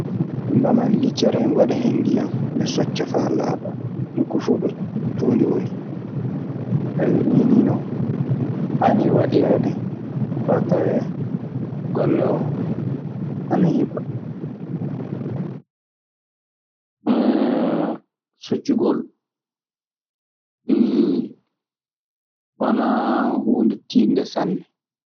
Mi ɓaaman liccere mi waɗa hen ndiyam mi socca faa laaɓa, nokku fuu ɗo tuunndi woni. nii nii non haaniri waɗireede faa tawee golle oo ana hiɓɓa. Soccugol wanaa huunde tiiɗnde sanne.